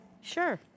Sure